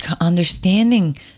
understanding